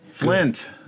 Flint